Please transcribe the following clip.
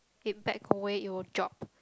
it back away it will drop